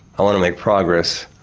i want to make progress,